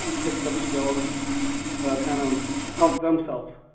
picked up skills to kind of help themselves.